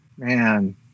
Man